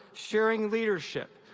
sharing leadership.